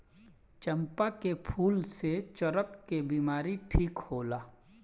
चंपा के फूल से चरक के बिमारी ठीक होला